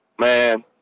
Man